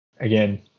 again